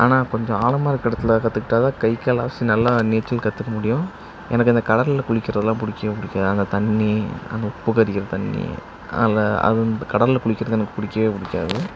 ஆனால் கொஞ்சம் ஆழமா இருக்கற இடத்துல கற்றுக்கிட்டா தான் கை கால் அசைத்து நல்லா நீச்சல் கற்றுக்க முடியும் எனக்கு அந்த கடலில் குளிக்கிறதெல்லாம் பிடிக்கவே பிடிக்காது அந்த தண்ணி அந்த உப்பு கரிக்கிற தண்ணி அதனால் அது வந்து கடலில் குளிக்கிறது எனக்குப் பிடிக்கவே பிடிக்காது